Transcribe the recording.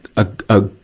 a, a,